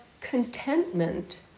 contentment